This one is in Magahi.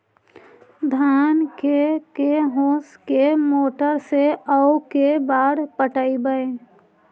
धान के के होंस के मोटर से औ के बार पटइबै?